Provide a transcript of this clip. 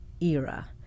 era